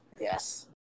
Yes